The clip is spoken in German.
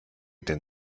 denn